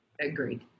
Agreed